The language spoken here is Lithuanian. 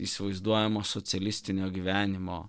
įsivaizduojamo socialistinio gyvenimo